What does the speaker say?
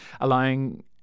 allowing